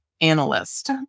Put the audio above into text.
analyst